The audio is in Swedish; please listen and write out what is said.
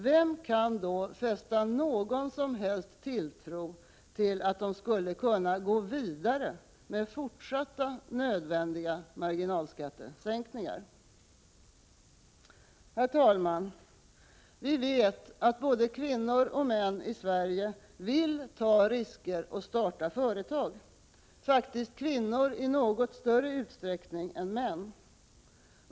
Vem kan då fästa någon som helst tilltro till att de skulle kunna gå vidare med fortsatta nödvändiga marginalskattesänkningar? Herr talman! Vi vet att både kvinnor och män i Sverige vill ta risker och starta företag, faktiskt kvinnor i något större utsträckning än män.